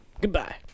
Goodbye